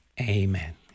Amen